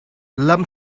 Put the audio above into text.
lam